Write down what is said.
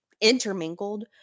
intermingled